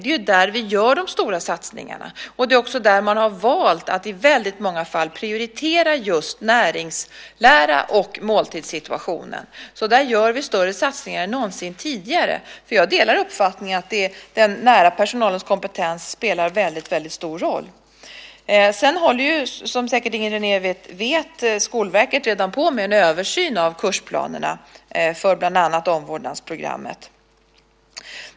Det är där vi gör de stora satsningarna. Det är också där man har valt att i väldigt många fall prioritera just näringslära och måltidssituationen. Där gör vi större satsningar än någonsin tidigare. Jag delar uppfattningen att den nära personalens kompetens spelar väldigt stor roll. Och som säkert Inger René vet håller Skolverket redan på med en översyn av kursplanerna för bland annat omvårdnadsprogrammet.